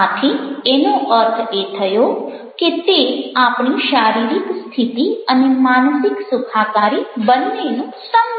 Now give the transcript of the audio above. આથી એનો અર્થ એ થયો કે તે આપણી શારીરિક સ્થિતિ અને માનસિક સુખાકારી બંનેનું સંમિશ્રણ છે